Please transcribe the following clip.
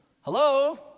hello